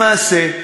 למעשה,